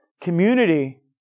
community